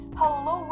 hello